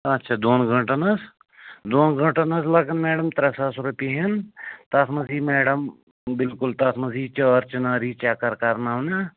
اچھا دۄن گٲنٛٹن حظ دۄن گٲنٛٹن حظ لگَن میڈم ترٛےٚ ساس رۄپیہِ ہٮ۪ن تَتھ منٛز یی میڈم بِلکُل تَتھ منٛز یی چار چناری چکر کرناونہٕ